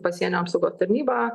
pasienio apsaugos tarnyba